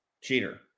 Cheater